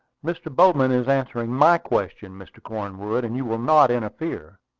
mr. bowman is answering my question, mr. cornwood, and you will not interfere,